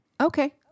Okay